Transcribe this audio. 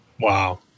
Wow